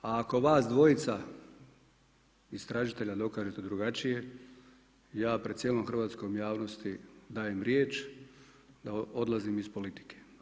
A ako vas dvojica, istražitelja dokažete drugačije, ja pred cijelom hrvatskom javnosti, dajem riječ da odlazim iz politike.